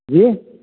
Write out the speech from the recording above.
जी